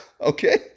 okay